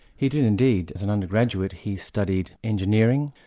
he did indeed. as an undergraduate, he studied engineering,